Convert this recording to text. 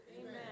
Amen